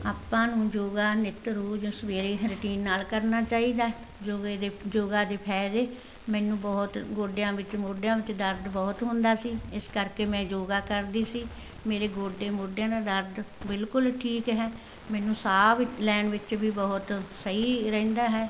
ਆਪਾਂ ਨੂੰ ਯੋਗਾ ਨਿੱਤ ਰੋਜ਼ ਸਵੇਰੇ ਰੁਟੀਨ ਨਾਲ ਕਰਨਾ ਚਾਹੀਦਾ ਯੋਗੇ ਦੇ ਯੋਗਾ ਦੇ ਫਾਇਦੇ ਮੈਨੂੰ ਬਹੁਤ ਗੋਡਿਆਂ ਵਿੱਚ ਮੋਢਿਆਂ ਵਿੱਚ ਦਰਦ ਬਹੁਤ ਹੁੰਦਾ ਸੀ ਇਸ ਕਰਕੇ ਮੈਂ ਯੋਗਾ ਕਰਦੀ ਸੀ ਮੇਰੇ ਗੋਡੇ ਮੋਢਿਆਂ ਦਾ ਦਰਦ ਬਿਲਕੁਲ ਠੀਕ ਹੈ ਮੈਨੂੰ ਸਾਹ ਵ ਲੈਣ ਵਿੱਚ ਵੀ ਬਹੁਤ ਸਹੀ ਰਹਿੰਦਾ ਹੈ